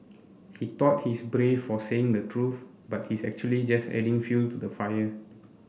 he thought he's brave for saying the truth but he is actually just adding fuel to the fire